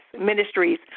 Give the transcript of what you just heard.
ministries